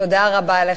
תודה רבה לך,